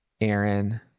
aaron